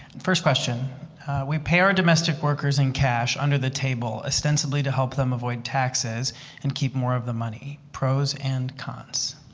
first question we pay our domestic workers in cash, under the table, ostensibly to help them avoid taxes and keep more of the money pros and cons